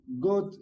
God